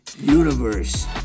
universe